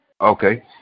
Okay